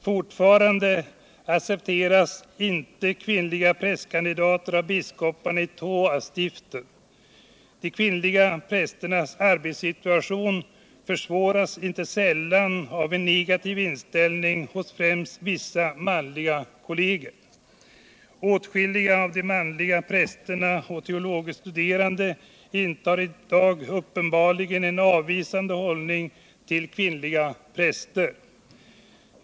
Fortfarande accepteras inte kvinnliga prästkandidater av biskoparna i två av stiften. De kvinnliga prästernas arbetssituation försvåras inte sällan av en negativ inställning hos främst vissa manliga kolleger. Åtskilliga av de manliga prästerna och teologistuderandena intar i dag uppenbarligen en avvisande hållning till kvinnliga präster.